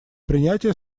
принятия